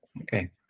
Okay